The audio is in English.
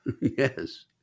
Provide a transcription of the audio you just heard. Yes